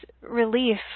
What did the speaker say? relief